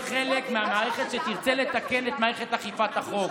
אני מצפה מכם להיות חלק מהמערכת שתרצה לתקן את מערכת אכיפת החוק.